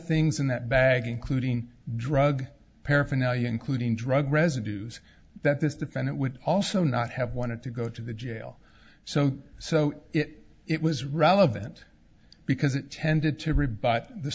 things in that bag including drug paraphernalia including drug residues that this defendant would also not have wanted to go to the jail so so it was relevant because it tended to rebut the